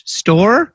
store